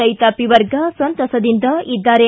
ರೈತಾಪಿ ವರ್ಗ ಸಂತಸದಿಂದ ಇದ್ದಾರೆ